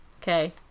Okay